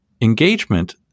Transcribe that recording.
Engagement